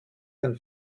den